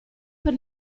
per